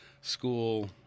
school